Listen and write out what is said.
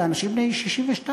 לאנשים בני 62,